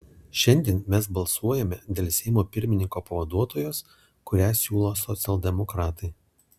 šiandien mes balsuojame dėl seimo pirmininko pavaduotojos kurią siūlo socialdemokratai